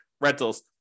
rentals